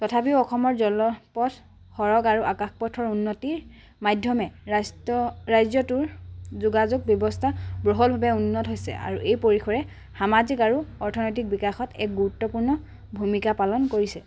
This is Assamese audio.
তথাপিও অসমৰ জলপথ সৰগ আৰু আকাশ পথৰ উন্নতিৰ মাধ্যমে ৰাষ্ট্ৰ ৰাজ্যটোৰ যোগাযোগ ব্যৱস্থা বহলভাৱে উন্নত হৈছে আৰু এই পৰিসৰে সামাজিক আৰু অৰ্থনৈতিক বিকাশত এক গুৰুত্বপূৰ্ণ ভূমিকা পালন কৰিছে